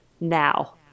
now